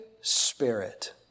spirit